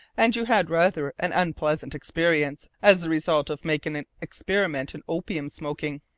and you had rather an unpleasant experience as the result of making an experiment in opium smoking.